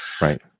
Right